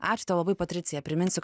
ačiū tau labai patricija priminsiu